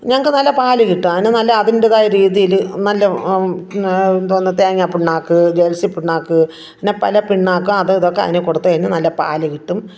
ഞങ്ങൾക്കു നല്ല പാൽ കിട്ടും അതിനു നല്ല അതിൻ്റേതായ രീതിയിൽ നല്ല എന്തോന്ന് തേങ്ങാ പിണ്ണാക്ക് ജേഴ്സി പിണ്ണാക്ക് പിന്നെ പല പിണ്ണാക്ക് അതും ഇതൊക്കെ അതിനു കൊടുത്തു കഴിഞ്ഞാൽ നല്ല പാലു കിട്ടും